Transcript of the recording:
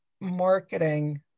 marketing